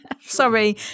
Sorry